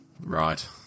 Right